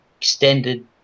extended